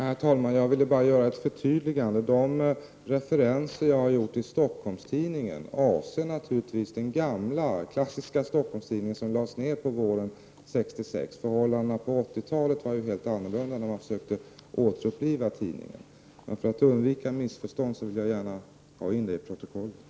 Herr talman! Jag vill bara göra ett förtydligande. De referenser som jag har gjort till Stockholms-Tidningen avser naturligtvis den gamla klassiska Stockholms-Tidningen som lades ner på våren 1966. Förhållandena på 80 talet var helt annorlunda då man försökte återuppliva tidningen. Men för att undvika missförstånd vill jag gärna få detta infört i protokollet.